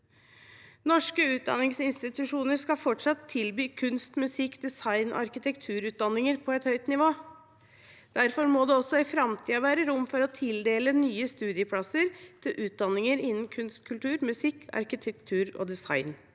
Norske utdanningsinstitusjoner skal fortsatt tilby kunst-, musikk-, design- og arkitektutdanninger på et høyt nivå. Derfor må det også i framtiden være rom for å tildele nye studieplasser til utdanninger innen kunst, kultur, musikk, arkitektur og design.